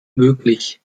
möglich